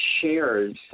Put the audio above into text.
shares